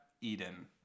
Eden